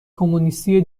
کمونیستی